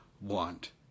want